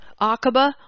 Aqaba